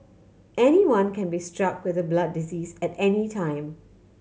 anyone can be struck with a blood disease at any time